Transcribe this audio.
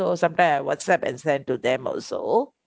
so sometime I whatsapp and send to them also